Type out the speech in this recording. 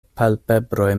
palpebroj